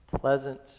pleasant